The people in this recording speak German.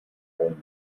bäumen